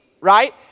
right